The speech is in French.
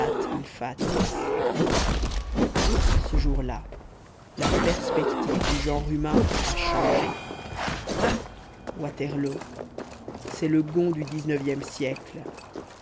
ce jour-là la perspective du genre humain a changé waterloo c'est le gond du dix-neuvième siècle